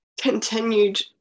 continued